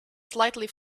slightly